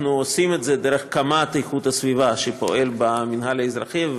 אנחנו עושים את זה דרך קמ"ט איכות הסביבה שפועל במינהל האזרחי,